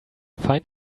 find